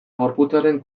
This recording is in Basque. gorputzaren